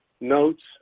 notes